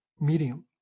medium